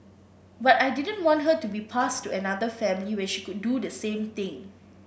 but I didn't want her to be passed to another family where she could do the same thing